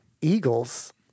eagles